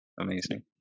amazing